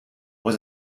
was